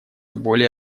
более